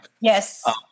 Yes